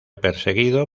perseguido